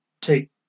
take